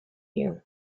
you